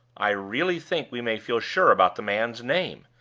i really think we may feel sure about the man's name!